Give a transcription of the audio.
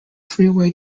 freeway